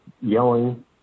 yelling